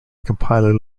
compiler